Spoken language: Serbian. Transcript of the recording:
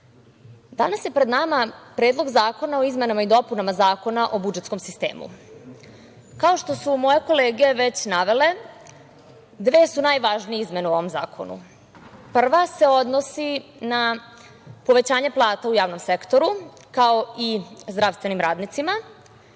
danas je pred nama Predlog zakona o izmenama i dopunama Zakona o budžetskom sistemu. Kao što su moje kolege već navele, dve su najvažnije izmene u ovom zakonu. Prva se odnosi na povećanje plata u javnom sektoru, kao i zdravstvenim radnicima,